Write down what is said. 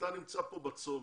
שאתה נמצא כאן בצומת.